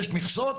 יש מכסות.